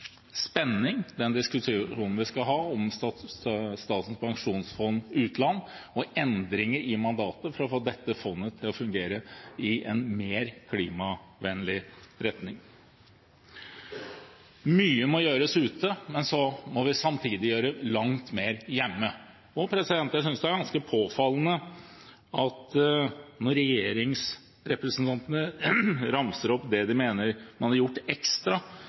den diskusjonen vi skal ha om Statens pensjonsfond utland og endringer i mandatet for å få dette fondet til å fungere i en mer klimavennlig retning. Mye må gjøres ute, men vi må samtidig gjøre langt mer hjemme. Jeg synes det er ganske påfallende at når regjeringsrepresentantene ramser opp det de mener man har gjort ekstra